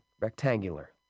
rectangular